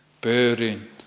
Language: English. bearing